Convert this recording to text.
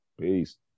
peace